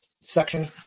section